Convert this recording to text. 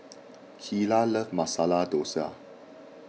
Kylah loves Masala Dosa